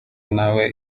nawe